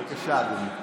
בבקשה, אדוני.